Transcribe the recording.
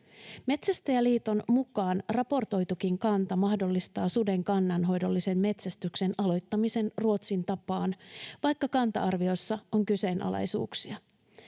Metsästäjäliiton mukaan raportoitukin kanta mahdollistaa suden kannanhoidollisen metsästyksen aloittamisen Ruotsin tapaan, vaikka kanta-arviossa on kyseenalaisuuksia.